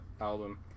album